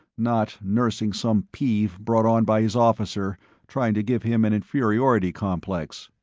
not nursing some peeve brought on by his officer trying to give him an inferiority complex.